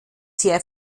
sehr